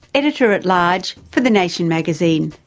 editor at large for the nation magazine.